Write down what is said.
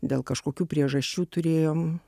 dėl kažkokių priežasčių turėjom